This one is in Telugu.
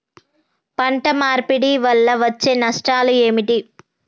పంట మార్పిడి వల్ల వచ్చే నష్టాలు ఏమిటి?